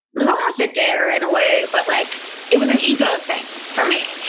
it was almost a dare in a way, but like it was an ego thing for me.